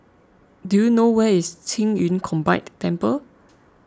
do you know where is Qing Yun Combined Temple